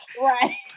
Right